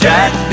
Jack